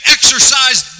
Exercise